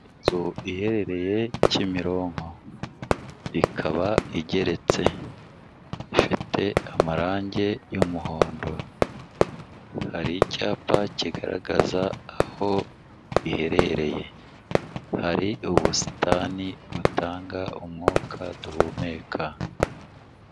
Inzu iherereye Kimironko, ikaba igeretse, ifite amarangi y'umuhondo. Hari icyapa kigaragaza aho iherereye; hari ubusitani butanga umwuka duhumeka.